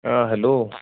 آ ہیٚلو